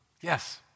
yes